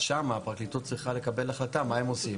שם הפרקליטות צריכה לקבל החלטה מה הם עושים.